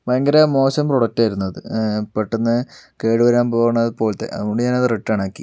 ഭയങ്കര മോശം പ്രൊഡക്ടായിരുന്നു അത് പെട്ടന്ന് കേടുവരാന് പോകണ പോലത്തെ അതുകൊണ്ട് ഞാനത് റിട്ടേണാക്കി